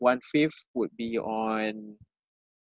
one fifth would be on